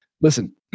Listen